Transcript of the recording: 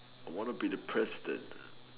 I want to be the president